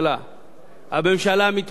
הממשלה מתמודדת בגאון,